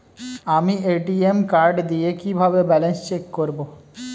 আমি ATM card দিয়ে কিভাবে ব্যালেন্স চেক করব?